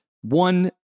one